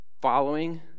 following